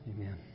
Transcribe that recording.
Amen